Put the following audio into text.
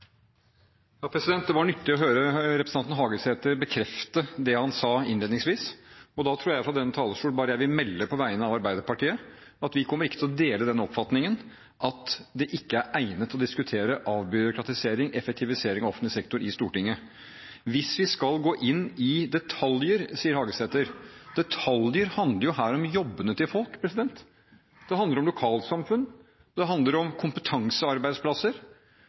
Det var nyttig å høre representanten Hagesæter bekrefte det han sa innledningsvis. Da tror jeg at jeg på vegne av Arbeiderpartiet vil melde fra denne talerstol at vi ikke kommer til å dele den oppfatningen at det ikke er egnet å diskutere avbyråkratisering og effektivisering av offentlig sektor i Stortinget. Hvis vi skal gå inn i detaljer, sier Hagesæter – detaljer handler jo her om jobbene til folk, det handler om lokalsamfunn, det handler om kompetansearbeidsplasser.